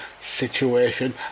situation